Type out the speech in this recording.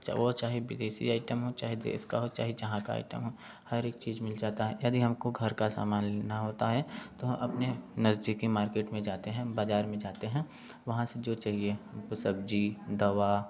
चाहे वो चाहे विदेशी आइटम हो चाहे देश का हो चाहे जहाँ का आइटम हो हर एक चीज मिल जाता है यदि हमको हमको घर का सामान लेना होता है तो हम अपने नजदीकी मार्केट में जाते हैं बाजार में जाते हैं वहाँ से जो चाहिए वो सब्जी दवा